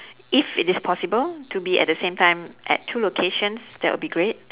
if it is possible to be at the same time at two locations that would be great